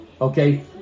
Okay